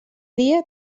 dia